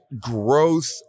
growth